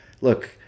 look